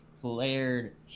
flared